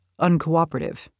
uncooperative